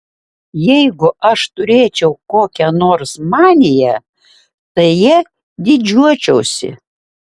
jeigu aš turėčiau kokią nors maniją tai ja didžiuočiausi